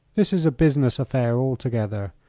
this is a business affair altogether.